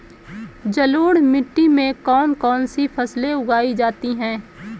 जलोढ़ मिट्टी में कौन कौन सी फसलें उगाई जाती हैं?